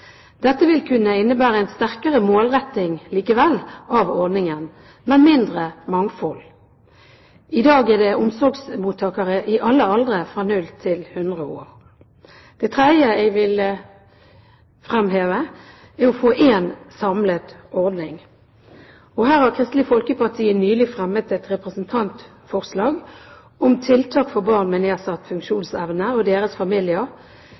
Dette vil likevel kunne innebære en sterkere målretting av ordningen, men med mindre mangfold. I dag er det omsorgsmottakere i alle aldre, fra 0–100 år. Det tredje jeg vil fremheve, er å få én samlet ordning. Her har Kristelig Folkeparti nylig fremmet et representantforslag om tiltak for barn med nedsatt funksjonsevne og deres familier.